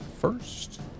first